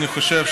תזמינו אותו,